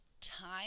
time